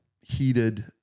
heated